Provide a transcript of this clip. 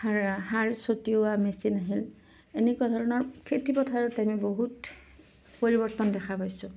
সাৰ সাৰ চতিওৱা মেচিন আহিল এনেকুৱা ধৰণৰ খেতি পথাৰত এনেই বহুত পৰিৱৰ্তন দেখা পাইছোঁ